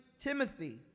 Timothy